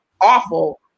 awful